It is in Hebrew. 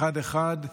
אחד-אחד,